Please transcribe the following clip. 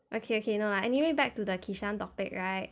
okay okay no lah anyway back to the kishan topic right